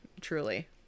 truly